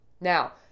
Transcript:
Now